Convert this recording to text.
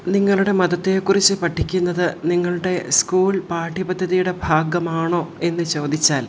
നിങ്ങളുടെ മതത്തെക്കുറിച്ച് പഠിക്കുന്നത് നിങ്ങളുടെ സ്കൂൾ പാഠ്യ പദ്ധതിയുടെ ഭാഗമാണോ എന്ന് ചോദിച്ചാൽ